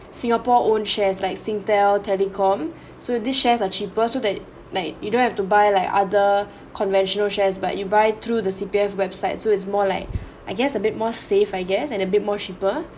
singapore own shares like Singtel telecom so this shares are cheaper so that like you don't have to buy like other conventional shares but you buy through the C_P_F website so it's more like I guess a bit more safe I guess and a bit more cheaper